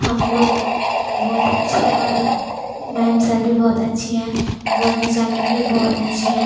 हम लोग बहुत अच्छे और मैम सर भी बहुत अच्छी हैं बोलने चालने में भी बहुत अच्छी हैं